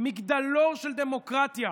מגדלור של דמוקרטיה